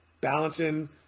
balancing